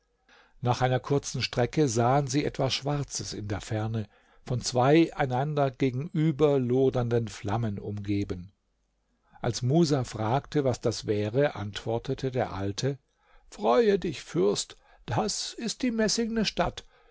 nach einer kurzen strecke sahen sie etwas schwarzes in der ferne von zwei einander gegenüber lodernden flammen umgeben als musa fragte was das wäre antwortete der alte freue dich fürst das ist die messingne stadt